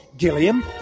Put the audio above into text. Gilliam